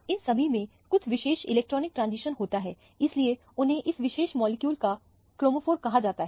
इन सभी में कुछ विशेष इलेक्ट्रॉनिक ट्रांजिशन होता है इसलिए उन्हें उस विशेष मॉलिक्यूल का क्रोमोफोर कहा जाता है